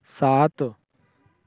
सात